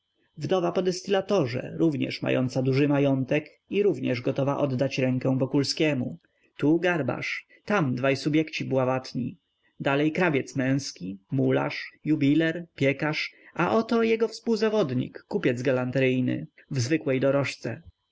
wdowa po dystylatorze również mająca duży majątek i również gotowa oddać rękę wokulskiemu tu garbarz tam dwaj subjekci bławatni dalej krawiec męski mularz jubiler piekarz a oto jego współzawodnik kupiec galanteryjny w zwykłej dorożce